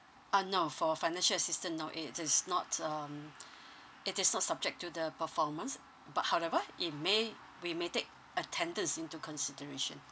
ah no for financial assistance no it is not um it is not subject to the performance but however it may we may take attendance into consideration